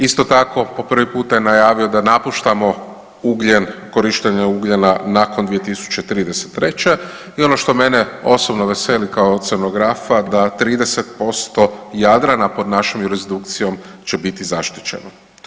Isto tako po prvi puta je najavio da napuštamo ugljen, korištenje ugljena nakon 2033. i ono što mene osobno veseli kao oceonografa da 30% Jadrana pod našim jurisdikcijom će biti zaštićeno.